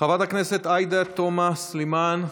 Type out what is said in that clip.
חברת הכנסת עאידה תומא סלימאן,